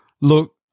look